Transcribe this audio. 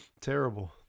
Terrible